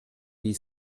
wie